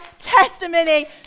testimony